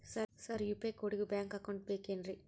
Sir UPI ಕೋಡಿಗೂ bank account ಬೇಕೆನ್ರಿ?